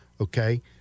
Okay